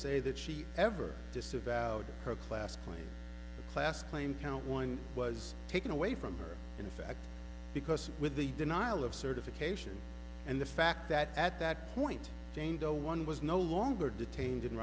say that she ever disavowed her class player class claim count one was taken away from her in effect because with the denial of certification and the fact that at that point jane doe one was no longer detained